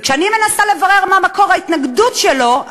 וכשאני מנסה לברר מה מקור ההתנגדות שלו,